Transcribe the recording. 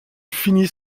finit